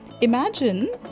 Imagine